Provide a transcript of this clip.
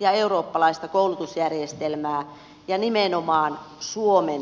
ja eurooppalaista koulutusjärjestelmää ja nimenomaan suomen haitaksi